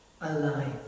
alive